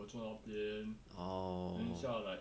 我做那边 then 等一下 like